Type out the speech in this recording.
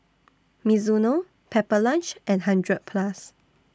Mizuno Pepper Lunch and hundred Plus